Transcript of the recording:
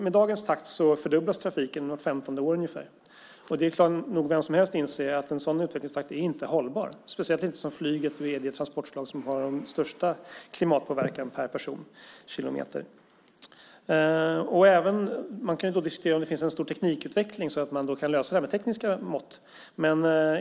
Med dagens takt fördubblas trafiken ungefär vart 15:e år. Vem som helst kan nog inse att en sådan utvecklingstakt inte är hållbar, speciellt inte som flyget nu är det transportslag som har störst klimatpåverkan per personkilometer. Man kan då diskutera om det sker en teknikutveckling som gör att man kan lösa det här med tekniska mått.